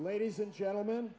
ladies and gentlemen